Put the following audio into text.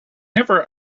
never